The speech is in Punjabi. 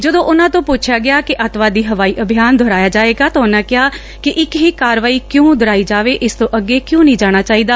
ਜਦੋਂ ਉਨਾਂ ਤੋਂ ਪੁੱਛਿਆ ਗਿੱਆ ਕਿ ਅੱਤਵਾਦੀ ਹਵਾਈ ਅਭਿਆਨ ਦੁਹਰਾਇਆ ਜਾਏਗਾ ਤਾਂ ਉਨਾਂ ਕਿਹਾ ਕਿ ਇਕ ਹੀਂ ਕਾਰਵਾਈ ਕਿਊਂ ਦੁਹਰਾਈ ਜਾਵੇ ਇਸ ਤੋਂ ਅੱਗੇ ਕਿਊਂ ਨਹੀਂ ਜਾਣਾ ਚਾਹੀਦਾ